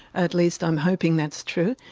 at least i'm hoping that's true.